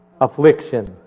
Affliction